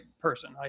person